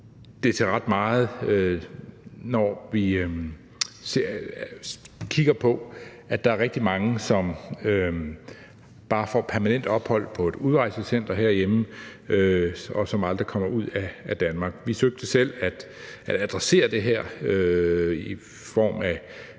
det til ret meget, når vi kigger på, at der er rigtig mange, som bare får permanent ophold på et udrejsecenter herhjemme, og som aldrig kommer ud af Danmark. Vi søgte selv under den tidligere